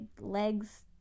legs